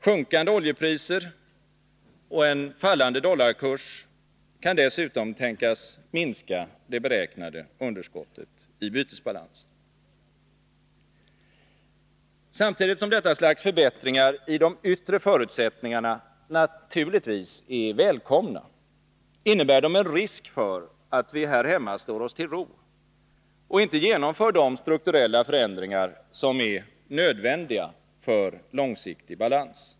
Sjunkande oljepriser och en fallande dollarkurs kan dessutom tänkas minska det beräknade underskottet i bytesbalansen. Samtidigt som detta slags förbättringar i de yttre förutsättningarna naturligtvis är välkomna innebär de en risk för att vi här hemma slår oss till ro och inte genomför de strukturella förändringar som är nödvändiga för långsiktig balans.